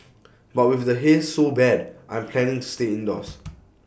but with the haze so bad I'm planning stay indoors